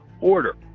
order